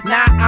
Now